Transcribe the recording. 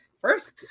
first